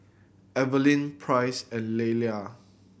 Evelin Price and Lillia